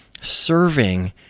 serving